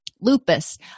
lupus